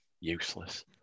Useless